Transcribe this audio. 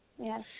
Yes